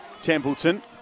Templeton